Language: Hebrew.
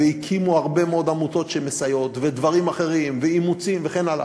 והקימו הרבה מאוד עמותות שמסייעות ודברים אחרים ואימוצים וכן הלאה.